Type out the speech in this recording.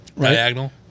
Diagonal